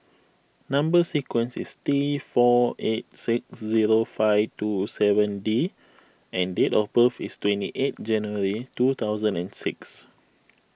Number Sequence is T four eight six zero five two seven D and date of birth is twenty eight January two thousand and six